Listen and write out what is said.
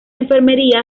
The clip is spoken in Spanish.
enfermería